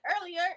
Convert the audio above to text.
earlier